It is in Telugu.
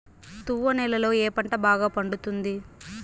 తువ్వ నేలలో ఏ పంట బాగా పండుతుంది?